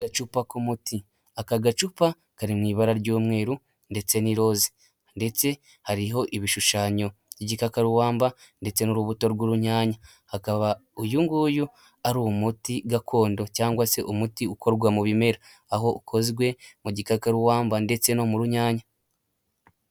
Agacupa k'umuti, aka gacupa kari mu ibara ry'umweru ndetse n'iroza, ndetse hariho ibishushanyo by'igikakarubamba ndetse n'urubuto rw'urunyanya, hakaba uyu nguyu ari umuti gakondo cyangwa se umuti ukorwa mu bimera, aho ukozwe mu gikakararuwamba ndetse no mu runyanya.